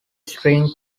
string